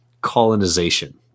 colonization